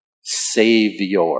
Savior